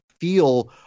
feel